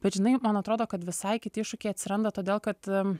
bet žinai man atrodo kad visai kiti iššūkiai atsiranda todėl kad